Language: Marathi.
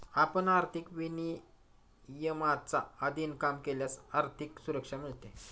आपण आर्थिक विनियमांच्या अधीन काम केल्यास आर्थिक सुरक्षा मिळते